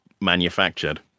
manufactured